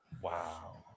Wow